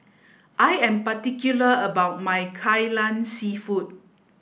I am particular about my kai lan seafood